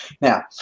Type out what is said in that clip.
Now